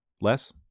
less